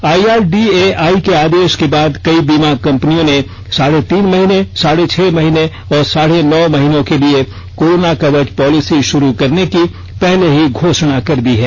IRDAI के आदेश के बाद कई बीमा कंपनियों ने साढ़े तीन महीन साढ़े छह महीने और साढ़े नौ महीनों के लिए कोरोना कवच पॉलिसी शुरू करने की पहले ही घोषणा कर दी है